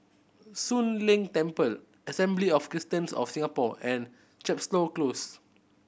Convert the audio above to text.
Soon Leng Temple Assembly of Christians of Singapore and Chepstow Close